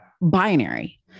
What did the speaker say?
binary